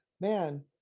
man